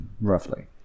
roughly